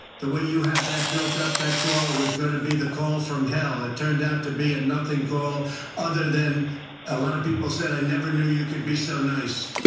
the way you had that built up, that call, it was gonna be the call from hell. it turned out to be a nothing call other than a lot of people said, i never knew you could be so nice.